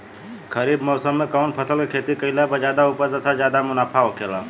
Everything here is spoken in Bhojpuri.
खरीफ़ मौसम में कउन फसल के खेती कइला पर ज्यादा उपज तथा ज्यादा मुनाफा होखेला?